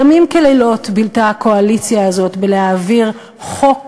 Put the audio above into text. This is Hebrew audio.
ימים ולילות בילתה הקואליציה הזאת כדי להעביר חוק